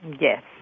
Yes